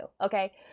okay